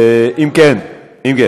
כמוך